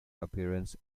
appearance